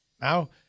Now